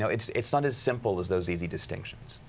so it's it's not as simple as those easy distinctions.